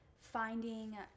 finding